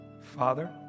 Father